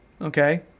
okay